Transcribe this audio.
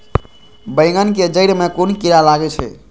बेंगन के जेड़ में कुन कीरा लागे छै?